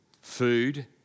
Food